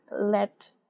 let